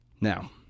Now